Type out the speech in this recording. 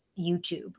YouTube